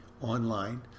online